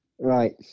Right